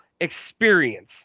experience